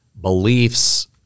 beliefs